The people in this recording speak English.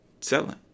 selling